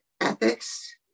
ethics